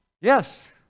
Yes